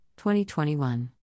2021